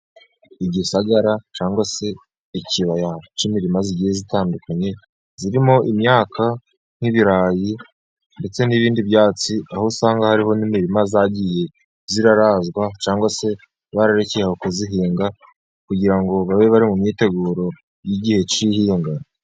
Igisagara cyangwa se ikibaya cy'imirima igiye itandukanye irimo imyaka nk'ibirayi ndetse n'ibindi byatsi, aho usanga hariho n'imirima yaragiye irazwa cyangwa se bararekeye aho kuyihinga, kugira ngo babe bari mu myiteguro y'igihe cy'ihinga.